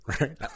Right